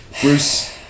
Bruce